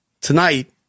tonight